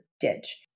ditch